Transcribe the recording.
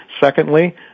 Secondly